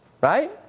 Right